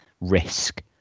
risk